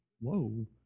Whoa